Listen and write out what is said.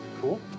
Cool